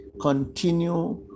continue